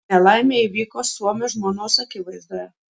nelaimė įvyko suomio žmonos akivaizdoje